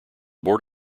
board